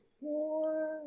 four